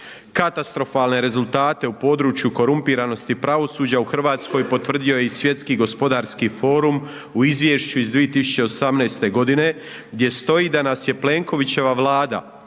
Katastrofalne rezultate u području korumpiranosti pravosuđa u Hrvatskoj potvrdio je i Svjetski gospodarski forum u izvješću iz 2018. godine, gdje stoji da nas je Plenkovićeva Vlada